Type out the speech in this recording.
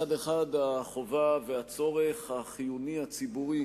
מצד אחד החובה והצורך החיוני הציבורי